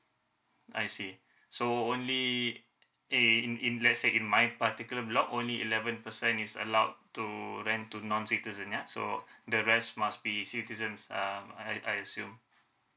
I see so only in in let's say in my particular block only eleven person is allowed to rent to non citizen ya so the rest must be citizens um I I assume